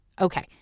Okay